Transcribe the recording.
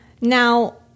now